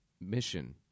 mission